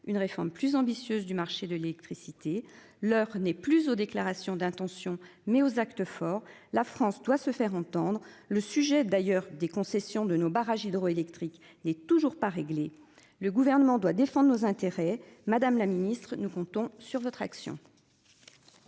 une réforme plus ambitieuse du marché de l'électricité. L'heure n'est plus aux déclarations d'intentions mais aux actes forts. La France doit se faire entendre. Le sujet d'ailleurs des concessions de nos barrages hydroélectriques n'est toujours pas réglé. Le gouvernement doit défendre nos intérêts Madame la Ministre nous comptons sur votre action.